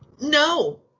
no